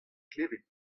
klevet